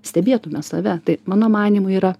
stebėtume save tai mano manymu yra